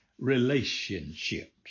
relationships